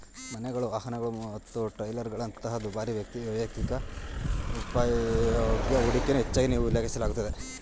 ಮನೆಗಳು, ವಾಹನಗಳು ಮತ್ತು ಟ್ರೇಲರ್ಗಳಂತಹ ದುಬಾರಿ ವೈಯಕ್ತಿಕ ಉಪಭೋಗ್ಯ ಹೂಡಿಕೆಯನ್ನ ಹೆಚ್ಚಾಗಿ ಉಲ್ಲೇಖಿಸಲಾಗುತ್ತೆ